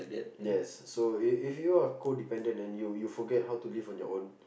yes so if if you are codependent and you forget how to live on your own